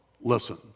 listen